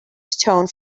tone